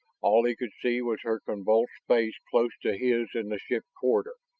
all he could see was her convulsed face close to his in the ship corridor,